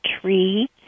tree